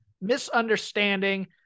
Misunderstanding